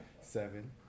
seven